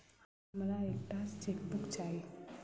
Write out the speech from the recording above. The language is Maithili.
हमरा एक टा चेकबुक चाहि